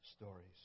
stories